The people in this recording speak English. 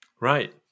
right